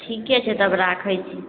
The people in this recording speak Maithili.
ठीके छै तब राखय छी